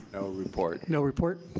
report. no report.